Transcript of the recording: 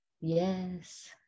Yes